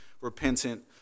repentant